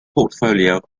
portfolio